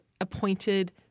appointed